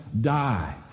die